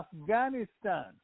Afghanistan